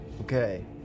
Okay